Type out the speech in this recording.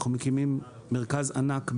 אנחנו מקימים מרכז ענק בלוד,